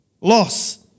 loss